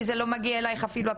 כי זה לא קשור אלייך אפילו,